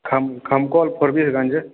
Khamkaul Forbesganj